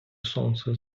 сонце